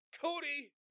Cody